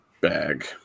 bag